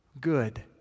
good